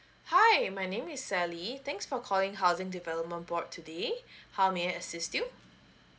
hi my name is sally thanks for calling housing development board today how may I assist you